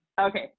Okay